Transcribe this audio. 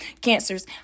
cancers